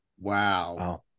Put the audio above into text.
Wow